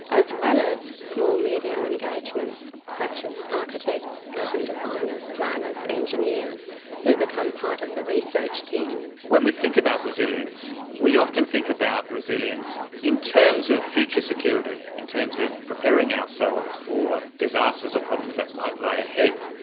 as well as small-medium engagements, such as architects, urban designers, planners, engineers who become part of the research team. when we think about resilience, we often think about resilience in terms of future security, in terms of preparing ourselves for disasters or problems that might lie ahead,